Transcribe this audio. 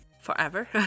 Forever